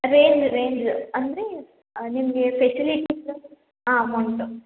range range ಅಂದರೆ ನಿಮಗೆ facilities ಹಾಂ ಅಮೌಂಟು